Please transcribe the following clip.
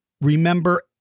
remember